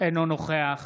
אינו נוכח